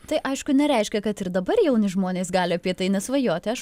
tai aišku nereiškia kad ir dabar jauni žmonės gali apie tai nesvajoti aš